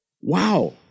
wow